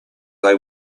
they